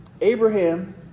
Abraham